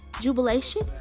jubilation